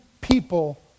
people